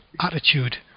attitude